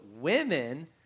women